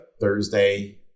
Thursday